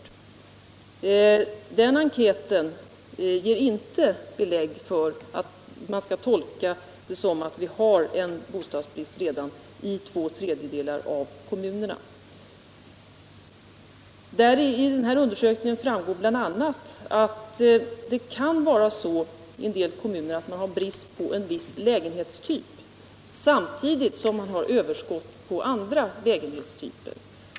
Men den enkäten ger inte belägg för en sådan tolkning att vi i dag har en bostadsbrist i två tredjedelar av kommunerna. I den undersökningen sägs det nämligen också att det kan vara på det sättet att man i en del kommuner har brist på en viss lägenhetstyp, samtidigt som man har överskott på andra lägenhetstyper.